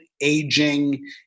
Aging